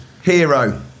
hero